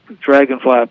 Dragonfly